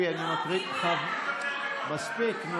לא, מיקי, הבנתי, מספיק.